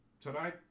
tonight